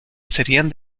serían